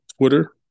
twitter